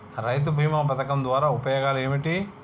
రైతు బీమా పథకం ద్వారా ఉపయోగాలు ఏమిటి?